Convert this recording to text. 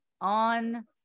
on